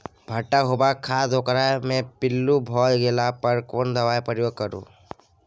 भूट्टा होबाक बाद ओकरा मे पील्लू भ गेला पर केना दबाई प्रयोग करू?